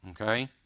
Okay